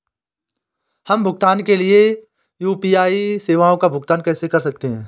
हम भुगतान के लिए यू.पी.आई सेवाओं का उपयोग कैसे कर सकते हैं?